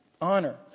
Honor